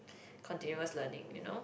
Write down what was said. continuous learning you know